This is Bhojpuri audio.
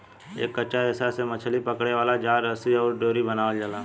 एकर कच्चा रेशा से मछली पकड़े वाला जाल, रस्सी अउरी डोरी बनावल जाला